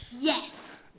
Yes